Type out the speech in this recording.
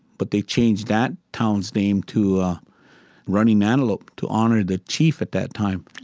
but they changed that town's name to running antelope to honor the chief at that time,